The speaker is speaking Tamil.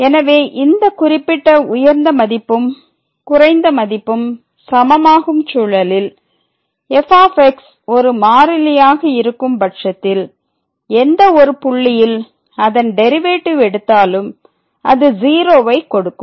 எனவே இந்த குறிப்பிட்ட உயர்ந்த மதிப்பும் குறைந்த மதிப்பும் சமமாகும் சூழலில் f ஒரு மாறிலியாக இருக்கும் பட்சத்தில் எந்த ஒரு புள்ளியில் அதன் டெரிவேட்டிவ் எடுத்தாலும் அது '0' வை கொடுக்கும்